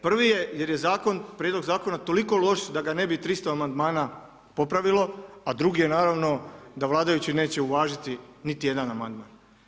Prvi je jer je prijedlog zakona toliko loš da ga ne bi 300 amandmana popravilo, a drugi je naravno da vladajući neće uvažiti niti jedan amandman.